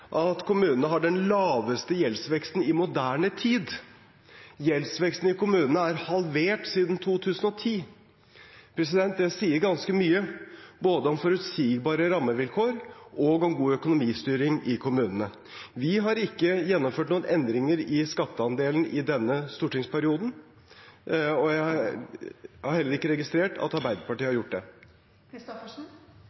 at kommunene har den laveste gjeldsveksten i moderne tid. Gjeldsveksten i kommunene er halvert siden 2010. Det sier ganske mye, både om forutsigbare rammevilkår og om god økonomistyring i kommunene. Vi har ikke gjennomført noen endringer i skatteandelen i denne stortingsperioden, og jeg har heller ikke registrert at Arbeiderpartiet har